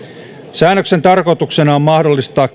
säännöksen tarkoituksena on mahdollistaa